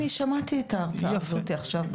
אני שמעתי את ההרצאה הזו עכשיו.